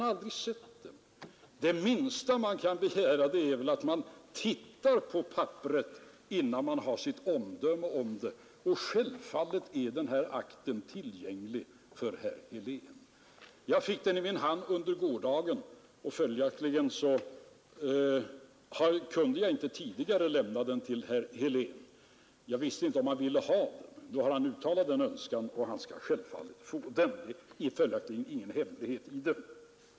Det minsta man kan begära är väl att ni tittar på papperet innan ni har ert omdöme om det klart. Självfallet är denna akt tillgänglig för herr Helén. Jag fick den i min hand under gårdagen, och följaktligen kunde jag inte tidigare lämna den till herr Helén. Jag visste inte heller om han ville ha den. Nu har han uttalat en sådan önskan, och han skall då få den. Det finns inga hemligheter i den.